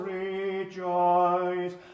rejoice